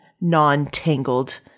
non-tangled